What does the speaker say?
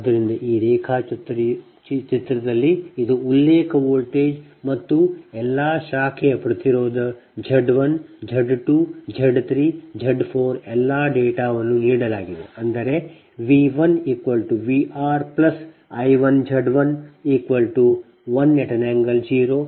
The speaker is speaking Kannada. ಆದ್ದರಿಂದ ಈ ರೇಖಾಚಿತ್ರದಲ್ಲಿ ಇದು ಉಲ್ಲೇಖ ವೋಲ್ಟೇಜ್ ಮತ್ತು ಎಲ್ಲಾ ಶಾಖೆಯ ಪ್ರತಿರೋಧ Z 1 Z 2 Z 3 Z 4 ಎಲ್ಲಾ ಡೇಟಾವನ್ನು ಇಲ್ಲಿ ನೀಡಲಾಗಿದೆ ಅಂದರೆ V1VrI1Z11∠04 j10